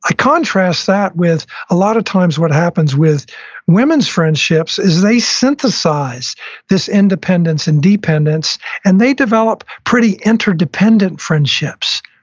ah contrast that with a lot of times what happens with women's friendships is they synthesize this independence and dependence and they develop pretty interdependent friendships,